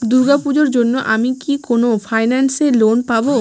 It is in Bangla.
দূর্গা পূজোর জন্য আমি কি কোন ফাইন্যান্স এ লোন পাবো?